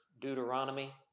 Deuteronomy